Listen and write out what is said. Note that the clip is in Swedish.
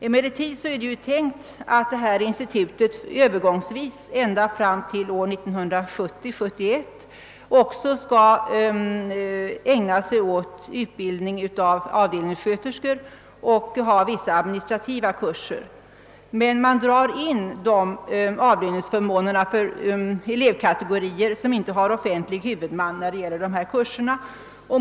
Emellertid har man tänkt sig att detta institut ända fram till åren 1970—1971 övergångsvis också skall ägna sig åt utbildning av avdelningssköterskor och anordna vissa administrativa kurser. Man drar emellertid in dessa avlöningsförmåner för de elevkategorier som inte har offentlig huvudman.